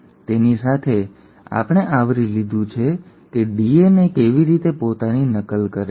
તેથી તેની સાથે અમે આવરી લીધું છે કે ડીએનએ કેવી રીતે પોતાની નકલ કરે છે